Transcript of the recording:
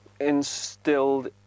instilled